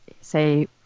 say